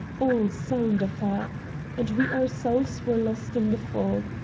all sound of her and we ourselves were lost in the fog.